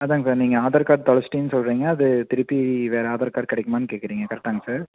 அதுதாங்க சார் நீங்கள் ஆதார் கார்ட் தொலைச்சிட்டேன்னு சொல்லுறிங்க அது திருப்பி வேறு ஆதார் கார்ட் கிடைக்குமான்னு கேட்குறீங்க கரெக்டாங்க சார்